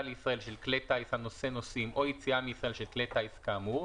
לישראל של כלי טיס הנושא נוסעים או יציאה מישראל של כלי טיס כאמור,